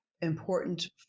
Important